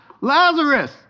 Lazarus